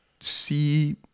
see